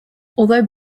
although